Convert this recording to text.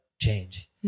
change